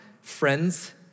friends